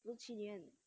六七年